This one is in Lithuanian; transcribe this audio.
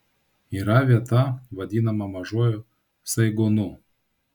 yra vieta vadinama mažuoju saigonu